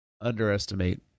underestimate